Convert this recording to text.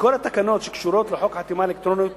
שכל התקנות שקשורות לחוק חתימה אלקטרונית